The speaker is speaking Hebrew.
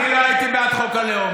אני לא הייתי בעד חוק הלאום.